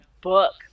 book